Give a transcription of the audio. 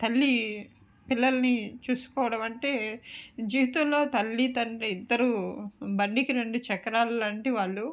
తల్లి పిల్లల్ని చూసుకోవడమంటే జీవితంలో తల్లి తండ్రి ఇద్దరు బండికి రెండు చక్రాలు లాంటి వాళ్ళు